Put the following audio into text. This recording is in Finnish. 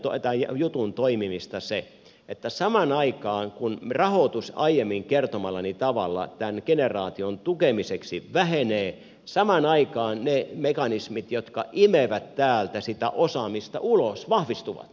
tämän jutun toimimista vaikeuttaa se että samaan aikaan kun rahoitus aiemmin kertomallani tavalla tämän generaation tukemiseksi vähenee ne mekanismit jotka imevät täältä sitä osaamista ulos vahvistuvat